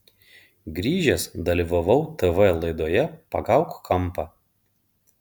grįžęs dalyvavau tv laidoje pagauk kampą